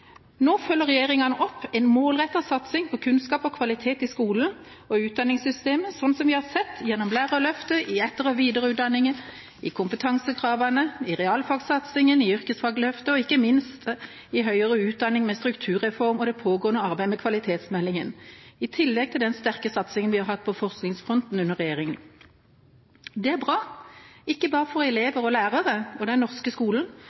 Nå følger regjeringa opp en målrettet satsing på kunnskap og kvalitet i skolen og i utdanningssystemet, sånn som vi har sett gjennom Lærerløftet, i etter- og videreutdanningen, i kompetansekravene, i realfagssatsingen, i yrkesfagløftet og ikke minst i høyere utdanning med strukturreform og det pågående arbeidet med kvalitetsmeldingen, i tillegg til den sterke satsingen vi har hatt på forskningsfronten under regjeringa. Det er bra, ikke bare for elever og lærere og den norske skolen,